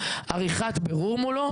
עריכת בירור מולו,